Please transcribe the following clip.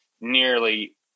nearly